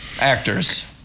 actors